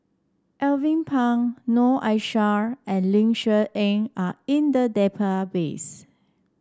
Alvin Pang Noor Aishah and Ling Cher Eng are in the database